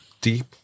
deep